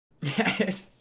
Yes